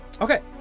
Okay